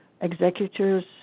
executors